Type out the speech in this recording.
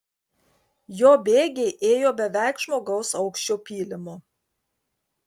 jo bėgiai ėjo beveik žmogaus aukščio pylimu